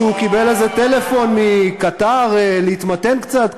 או שהוא קיבל איזה טלפון מקטאר להתמתן קצת,